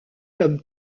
comme